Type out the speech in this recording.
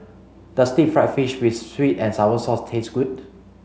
does deep fried fish with sweet and sour sauce taste good